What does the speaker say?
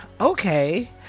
okay